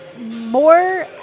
more